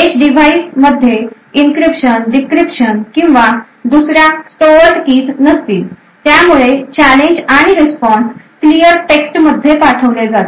age device मध्ये encryption decryption किंवा दुसर्या स्टोअर्ड कीज नसतील त्यामुळे चॅलेंज आणि रिस्पॉन्स क्लियर टेक्स्ट मध्ये पाठवले जातील